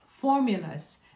Formulas